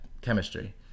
chemistry